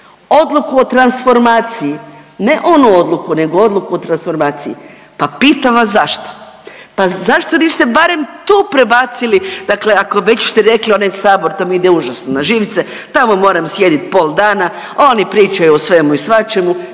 odluku o transformaciji, ne onu odluku, nego odluku o transformaciji. Pa pitam vas zašto? Pa zašto niste barem tu prebacili, dakle ako već ste rekli onaj Sabor, to mi ide užasno na živce. Tamo moram sjediti pol dana, oni pričaju o svemu i svačemu,